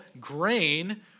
grain